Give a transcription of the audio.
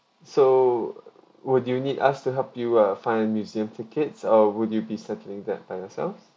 so would do you need us to help you uh find museum tickets or would you be settling that by yourselves